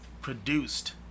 produced